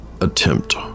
attempt